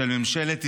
של ממשלת ישראל.